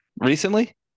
Recently